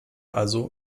also